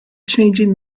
changing